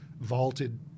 vaulted